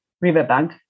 riverbank